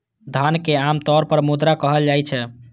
धन कें आम तौर पर मुद्रा कहल जाइ छै